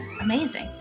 Amazing